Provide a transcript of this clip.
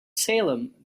salem